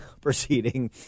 proceeding